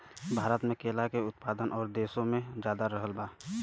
भारत मे केला के उत्पादन और देशो से ज्यादा रहल बा